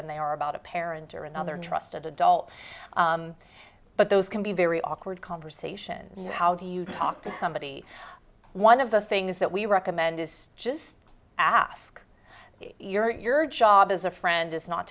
and they are about a parent or another trusted adult but those can be very awkward conversations how do you talk to somebody one of the things that we recommend is just ask your job as a friend is not